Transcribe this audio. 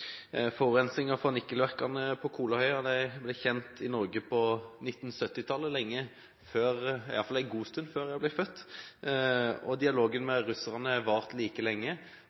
ble kjent i Norge på 1970-tallet, lenge før – iallfall en god stund før – jeg ble født, og dialogen med russerne har vart like lenge.